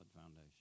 foundation